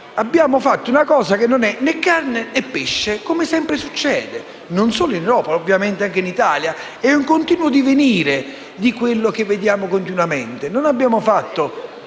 Abbiamo fatto una cosa che non è né carne né pesce, come sempre succede non solo in Europa, ma ovviamente anche in Italia. È un continuo divenire di quello che vediamo continuamente. Non abbiamo fatto